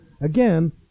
again